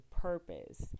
purpose